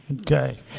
okay